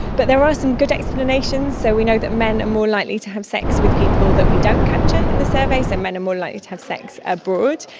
but there are some good explanations. so we know that men are more likely to have sex with people that we don't capture in the survey, so men are more likely to have sex abroad.